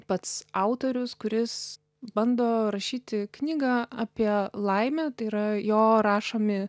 pats autorius kuris bando rašyti knygą apie laimę tai yra jo rašomi